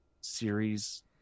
series